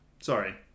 Sorry